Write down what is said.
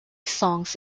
songs